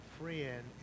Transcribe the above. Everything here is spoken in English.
friend